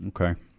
Okay